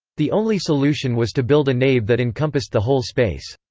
the only solution was to build a nave that encompassed the whole space.